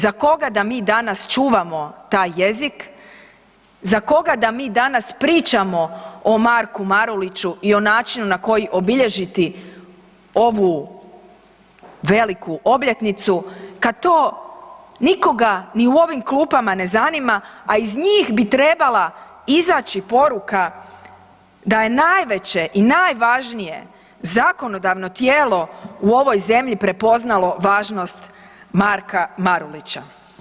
Za koga da mi danas čuvamo taj jezik, za koga da mi danas pričamo o Marku Maruliću i o načinu na koji obilježiti ovu veliku obljetniku kad to nikoga ni u ovim klupama ne zanima, a iz njih bi trebala izaći poruka da je najveće i najvažnije zakonodavno tijelo u ovoj zemlji prepoznalo važnost Marka Marulića.